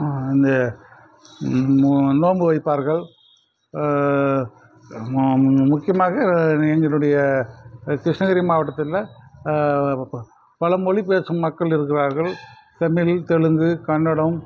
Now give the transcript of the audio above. இந்த நோம்பு வைப்பார்கள் முக்கியமாக எங்களுடைய கிருஷ்ணகிரி மாவட்டத்தில் பல மொழி பேசும் மக்கள் இருக்கிறார்கள் தமிழ் தெலுங்கு கன்னடம்